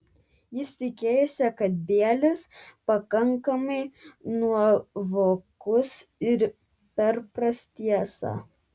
jis tikėjosi kad bielis pakankamai nuovokus ir perpras tiesą